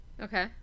Okay